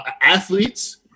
athletes